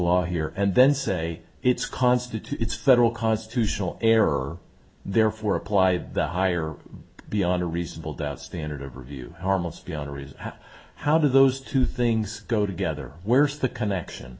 law here and then say it's constitutes federal constitutional error therefore apply the higher beyond a reasonable doubt standard of review harmless beyond reason how do those two things go together where's the connection